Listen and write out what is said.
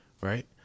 right